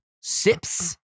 sips